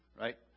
right